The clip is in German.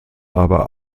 aber